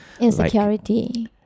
Insecurity